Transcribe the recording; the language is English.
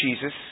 Jesus